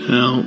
Now